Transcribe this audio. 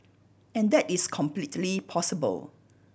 and that is completely possible